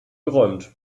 geräumt